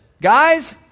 guys